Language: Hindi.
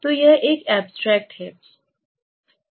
तो यह एक एब्स्ट्रेक्ट है